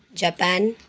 Japan